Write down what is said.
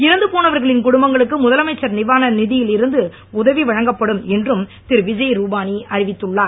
இறந்து போனவர்களின் குடும்பங்களுக்கு முதலமைச்சர் நிவாரண நிதியில் இருந்து உதவி வழங்கப்படும் என்றும் திருவிஜய் ருபானி அறிவித்துள்ளார்